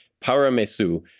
Paramesu